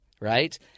right